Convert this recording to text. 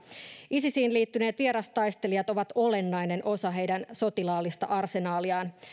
isisiin liittyneet vierastaistelijat ovat olennainen osa heidän sotilaallista arsenaaliaan